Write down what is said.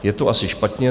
Je to asi špatně.